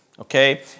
Okay